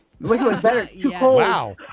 Wow